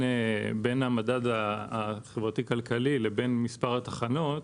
המדד החברתי-כלכלי לבין מספר התחנות.